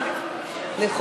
איפה נעלמו הערכים?